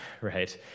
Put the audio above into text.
right